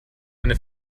eine